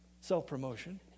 self-promotion